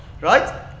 Right